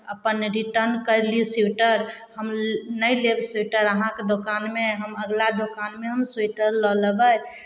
अपन रिटर्न करि लिउ स्वेटर हम नहि लेब स्वेटर अहाँके दोकानमे हम अगिला दोकानमे हम स्वेटर लऽ लेबै